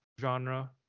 genre